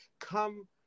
come